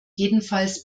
jedenfalls